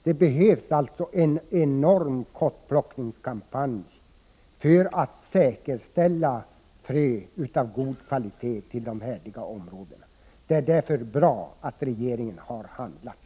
Det behövs alltså en enorm kottplockningskampanj för att säkerställa frö av god och härdig kvalitet. Det är därför bra att regeringen har handlat.